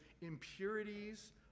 impurities